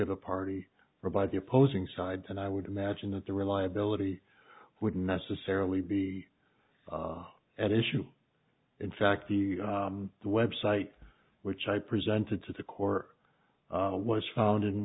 at a party or by the opposing side and i would imagine that their reliability wouldn't necessarily be at issue in fact the the web site which i presented to the court was founded in